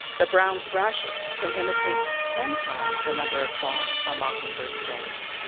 the brown thrasher can imitate ten times the number of songs a mockingbird sings,